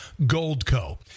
Goldco